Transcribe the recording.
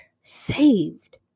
saved